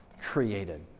created